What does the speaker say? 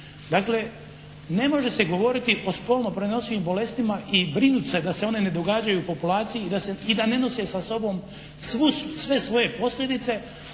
Dakle, ne može se govoriti o spolno prenosivim bolestima i brinuti se da se one ne događaju populaciji i da ne nose sa sobom sve svoje posljedice